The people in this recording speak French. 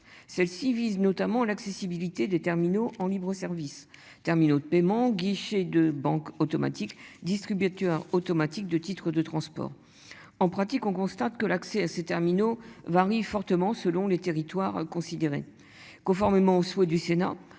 Celle-ci vise notamment l'accessibilité des terminaux en libre-service terminaux de paiement guichet de banque automatique distributeurs automatiques de titre de transport. En pratique, on constate que l'accès à ces terminaux varie fortement selon les territoires considérés conformément au souhait du Sénat